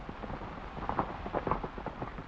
some